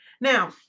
Now